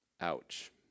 Ouch